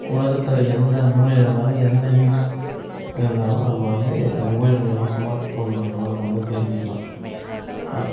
உலகத்தில் எந்த மூலையில் இருந்தாலும் எந்த நியூஸ் இருந்தாலும் நம்ம வந்து மொபைல் மூலிமா ஸ்மார்ட்ஃபோன் மூலிமா நம்ம வந்து தெரிஞ்சுக்கலாம்